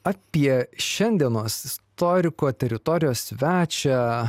apie šiandienos istoriko teritorijos svečią